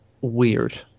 weird